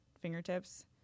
fingertips